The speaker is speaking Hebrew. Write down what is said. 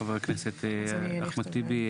חבר הכנסת אחמד טיבי,